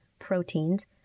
proteins